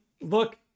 look